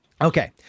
Okay